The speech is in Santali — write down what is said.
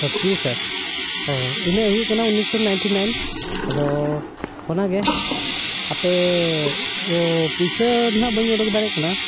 ᱚ ᱪᱮᱫ ᱥᱟᱨ ᱚ ᱤᱱᱟᱹᱜ ᱦᱩᱭᱩᱜ ᱠᱟᱱᱟ ᱩᱱᱤᱥ ᱥᱚ ᱱᱟᱭᱤᱱᱴᱤ ᱱᱟᱭᱤᱱ ᱟᱫᱚ ᱚᱱᱟᱜᱮ ᱟᱯᱮ ᱯᱩᱭᱥᱟᱹ ᱱᱟᱦᱟᱜ ᱵᱟᱹᱧ ᱩᱰᱩᱠ ᱫᱟᱲᱮᱭᱟᱜ ᱠᱟᱱᱟ